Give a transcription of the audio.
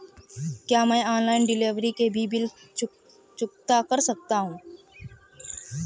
क्या मैं online delivery के भी बिल चुकता कर सकता हूँ?